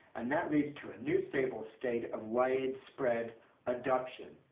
and that leads to a new stable state of widespread adoption,